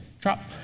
Drop